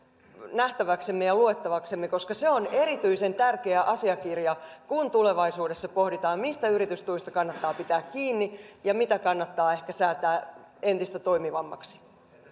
nähtäväksemme ja luettavaksemme se on erityisen tärkeä asiakirja kun tulevaisuudessa pohditaan mistä yritystuista kannattaa pitää kiinni ja mitä kannattaa ehkä säätää entistä toimivammaksi